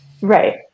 right